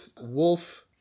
Wolf